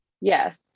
Yes